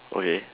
okay